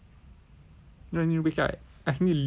then you need wake up at I need leave at